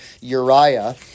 Uriah